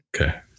Okay